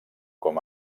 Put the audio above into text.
com